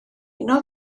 unol